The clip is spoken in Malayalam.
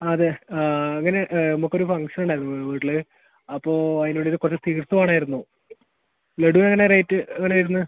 അതെ ആ ഇവനെ നമ്മൾക്ക് ഒരു ഫംഗ്ഷൻ ഉണ്ടായിരുന്നു വീട്ടിൽ അപ്പോൾ അതിന് വേണ്ടിയിട്ട് കുറച്ച് സ്വീറ്റ്സ് വേണമായിരുന്നു ലഡു എങ്ങനെ റേറ്റ് എങ്ങനെ വരുന്നത്